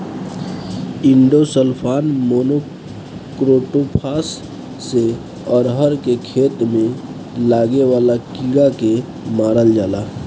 endosulfan, monocrotophos से अरहर के खेत में लागे वाला कीड़ा के मारल जाला